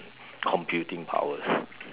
computing powers